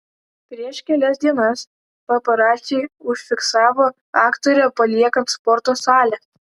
prieš kelias dienas paparaciai užfiksavo aktorę paliekant sporto salę